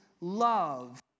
love